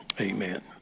Amen